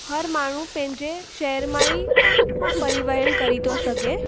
हर माण्हू पंहिंजे शहर मां ई परिवहन करी थो सघे